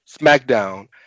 smackdown